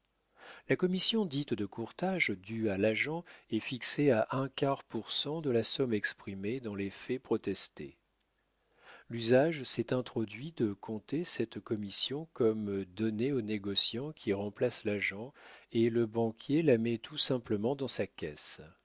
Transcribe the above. la commission dite de courtage due à l'agent est fixée à un quart pour cent de la somme exprimée dans l'effet protesté l'usage s'est introduit de compter cette commission comme donnée aux négociants qui remplacent l'agent et le banquier la met tout simplement dans sa caisse